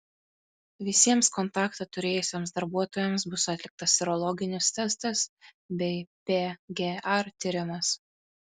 visiems kontaktą turėjusiems darbuotojams bus atliktas serologinis testas bei pgr tyrimas